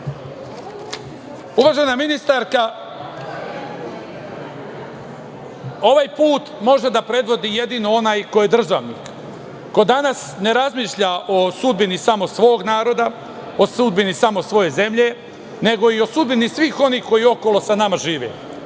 žive. Uvažena ministarka, ovaj put može da predvodi jedino onaj ko je državnik, ko danas ne razmišlja o sudbini samo svog naroda, o sudbini samo svoje zemlje, nego i o sudbini svih onih koji okolo sa nama žive.